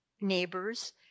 neighbors